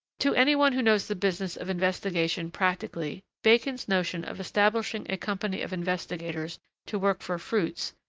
to anyone who knows the business of investigation practically, bacon's notion of establishing a company of investigators to work for fruits,